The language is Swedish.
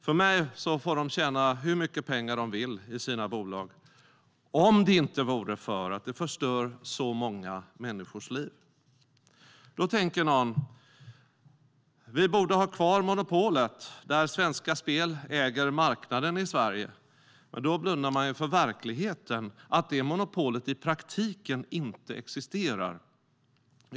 För mig hade de fått tjäna hur mycket pengar de vill i sina bolag, om det inte vore för att de förstör så många människors liv. Då tänker någon: Vi borde ha kvar monopolet, där Svenska Spel äger marknaden i Sverige. Men då blundar man för verkligheten, där monopolet i praktiken inte existerar.